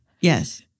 Yes